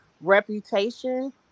reputation